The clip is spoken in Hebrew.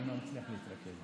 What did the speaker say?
אני לא מצליח להתרכז,